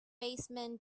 baseman